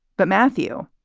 but matthew,